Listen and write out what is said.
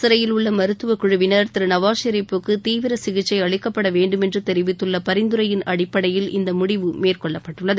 சிறையில் உள்ள மருத்துவ குழுவினா் நவாஸ் ஷெரிப்புக்கு தீவிர சிகிச்சை அளிக்கப்பட வேண்டுமென்று தெரிவித்துள்ள பரிந்துரையின் அடிப்படையில் இந்த முடிவு மேற்கொள்ளப்பட்டுள்ளது